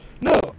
No